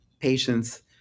patients